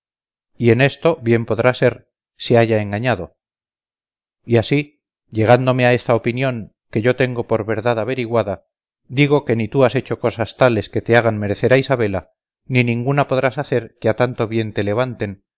y en esto bien podrá ser se haya engañado y así llegándome a esta opinión que yo tengo por verdad averiguada digo que ni tú has hecho cosas tales que te hagan merecer a isabela ni ninguna podrás hacer que a tanto bien te levanten